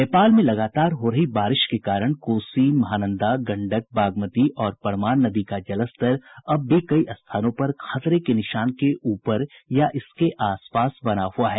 नेपाल में लगातार हो रही बारिश के कारण कोसी महानंदा गंडक बागमती और परमान नदी का जलस्तर अब भी कई स्थानों खतरे के निशान से ऊपर या इसके आसपास बना हुआ है